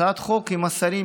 הצעת החוק עם השרים,